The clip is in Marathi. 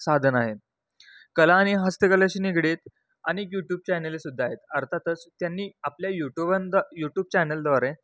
साधन आहे कला आणि हस्तकलेशी निगडीत अनेक यूटूब चॅनेलेसुद्धा आहेत अर्थातच त्यांनी आपल्या यूटूबांंद यूटूब चॅनलद्वारे